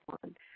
one